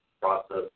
process